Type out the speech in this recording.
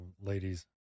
ladies